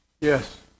Yes